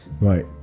Right